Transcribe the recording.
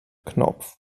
knopf